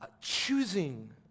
choosing